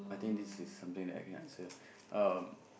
I think this is something that I can answer um